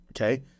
okay